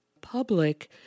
public